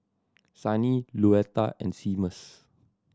Sunny Luetta and Seamus